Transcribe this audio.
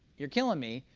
you're killing me.